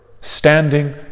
standing